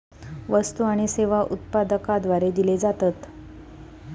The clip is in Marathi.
वस्तु आणि सेवा उत्पादकाद्वारे दिले जातत